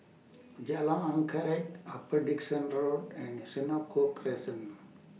Jalan Anggerek Upper Dickson Road and The Senoko Crescent